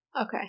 Okay